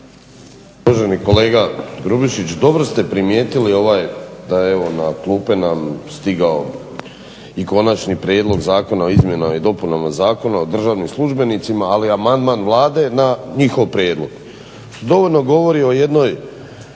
dobro ste primijetili ovaj da nam je na klupe stigao i Konačni prijedlog zakona o izmjenama i dopunama Zakona o državnim službenicima ali amandman Vlade na njihov prijedlog, dovoljno govori o jednoj